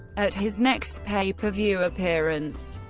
at his next pay-per-view appearance,